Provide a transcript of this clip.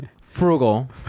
frugal